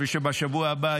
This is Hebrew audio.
שבשבוע הבא,